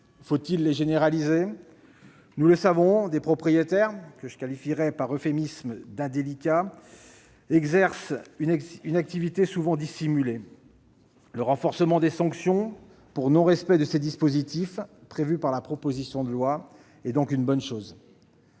Faut-il les généraliser ? Nous le savons, des propriétaires, que je qualifierai, par euphémisme, d'« indélicats », exercent une activité souvent dissimulée. Le renforcement des sanctions pour non-respect de ces dispositifs, prévu par la proposition de loi, est donc une bonne chose.